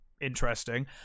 interesting